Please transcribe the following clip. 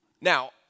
Now